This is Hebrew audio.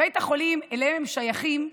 בית החולים שאליו הם שייכים,